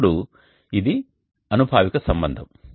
ఇప్పుడు ఇది అనుభావిక సంబంధం